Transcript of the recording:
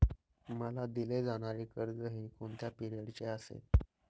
मला दिले जाणारे कर्ज हे कोणत्या पिरियडचे असेल?